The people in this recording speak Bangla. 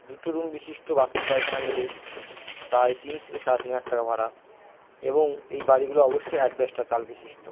দুটো রুম বিশিষ্ট বাথরুম পায়খানা নিলে প্রায় তিন থেকে সাড়ে তিন হাজার টাকা ভাড়া এবং এই বাড়িগুলো অবশ্যই অ্যাডবেস্টার চাল বিশিষ্ট